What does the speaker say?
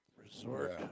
Resort